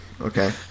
okay